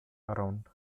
around